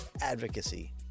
advocacy